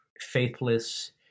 faithless